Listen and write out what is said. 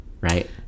right